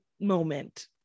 moment